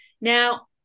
Now